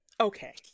Okay